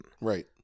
Right